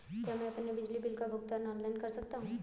क्या मैं अपने बिजली बिल का भुगतान ऑनलाइन कर सकता हूँ?